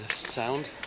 sound